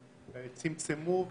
צמצמו,